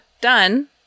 Done